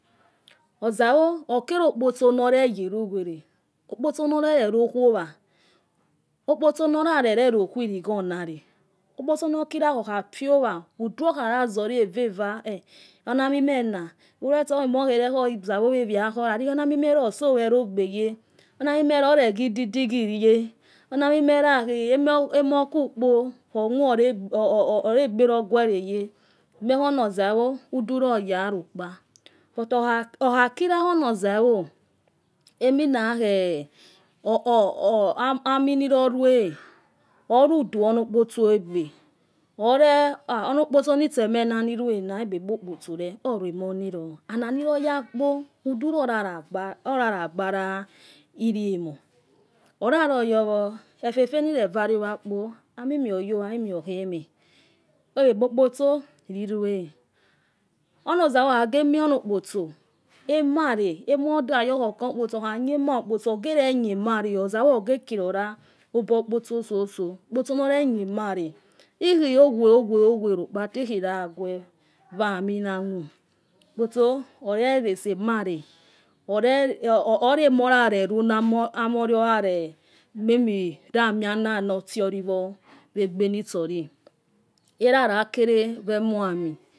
Ozawo okerokpotso noregere uwere okpotso norerero kuowa okpotso norarerero khuwiri ghorari okpotso nokira khokhafiowa udu okhara zori eve eva eh oniami mema ureso khemore kho zawo wewe yakho rari onami mera osowe ro gbe yeh onamimera oregi didigi yeh ona mimera khi emoku kpo or regbero guereye umie khonozawo uduro or yarokpa but okharina khonoza wo eminakhe or or aminirorue orudu onokpotso egbe ore onokpotso nitsemeh nirue egbebokpotso re re orue mor niro anani royakpo udu ro orara gbara irie moh oraroyowo efefe nire vare owakpo ani me oyo wa ami me okheme egbe bokpotso rirue onozawo okha se mie onokpotso emare emodayok khoke omotso okha nemare ogereni emare ozawo ogeke rora obo okpotso soso okpotso nor renie mare iki owoe owoe owoe rokpa te hi khirawe wami nawu okpotso ore rese mareh ramie ananor tioriwo egbenitsori era rakere wemo hami.